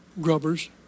grubbers